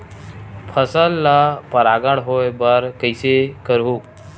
फसल ल परागण होय बर कइसे रोकहु?